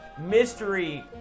mystery